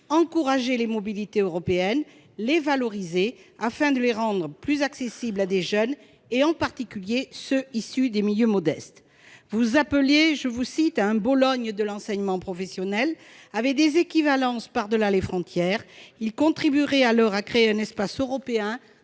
d'encourager les mobilités européennes et de les valoriser afin de les rendre plus accessibles à des jeunes, en particulier ceux qui sont issus de milieux modestes. Vous appelez à un « Bologne de l'enseignement professionnel », avec des équivalences par-delà les frontières, qui contribuerait à créer un espace européen